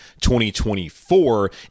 2024